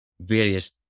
various